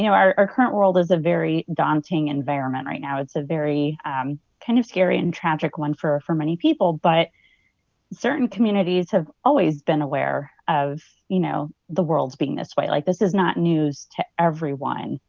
our our current world is a very daunting environment right now. it's a very kind of scary and tragic one for for many people. but certain communities have always been aware of, you know, the world's being this way. like this is not news to everyone.